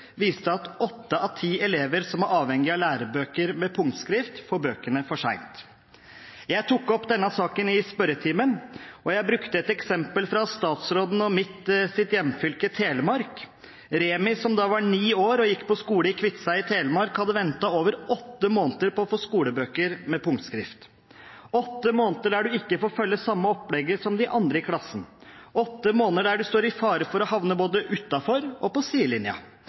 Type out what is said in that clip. viste at åtte av ti elever som er avhengig av lærebøker med punktskrift, får bøkene for sent. Jeg tok opp denne saken i spørretimen, og jeg brukte et eksempel fra statsrådens og mitt hjemfylke, Telemark. Remi, som da var ni år og gikk på skole i Kviteseid i Telemark, hadde ventet over åtte måneder på å få skolebøker med punktskrift – åtte måneder der man ikke får følge det samme opplegget som de andre i klassen, åtte måneder der man står i fare for å havne både utenfor og på